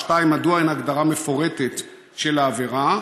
2. מדוע אין הגדרה מפורטת של העבירה?